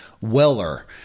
weller